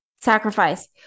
Sacrifice